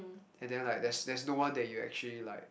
and then like there's there's no one that you are actually like